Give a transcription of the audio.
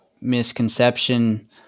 misconception